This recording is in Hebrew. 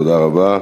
תודה רבה.